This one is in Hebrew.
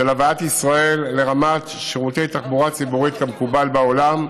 של הבאת ישראל לרמת שירותי תחבורה ציבורית כמקובל בעולם.